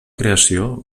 creació